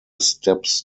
steps